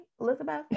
elizabeth